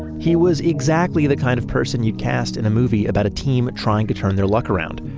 he was exactly the kind of person you'd cast in a movie about a team trying to turn their luck around.